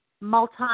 multi